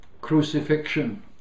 Crucifixion